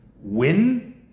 Win